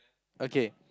okay